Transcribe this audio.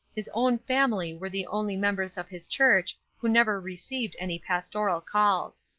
his own family were the only members of his church who never received any pastoral calls.